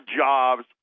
jobs